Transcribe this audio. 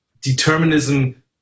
determinism